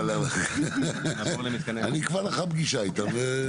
אבל אני אקבע לך פגישה איתה.